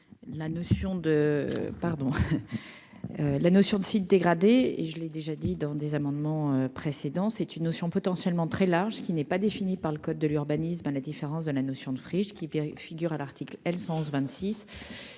la notion de sites dégradés et je l'ai déjà dit dans des amendements précédents, c'est une notion potentiellement très large, qui n'est pas défini par le code de l'urbanisme à la différence de la notion de friches qui figure à l'article L. 111 26